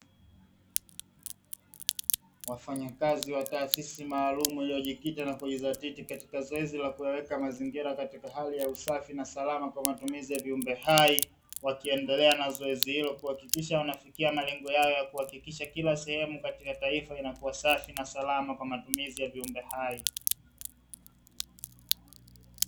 Wafanyakazi wa taasisi maalumu, iliojikita na kujizatiti katika zoezi la kuyakuweka mazingira katika hali ya usafi na salama kwa ajili ya matumizi ya viumbe hai, wakiendelea na zoezi hilo kuhakikisha wanafikia malengo yao ya kuhakikisha kila sehemu katika taifa linakua safi na salama kwa matumizi ya viumbe hai.